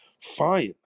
fine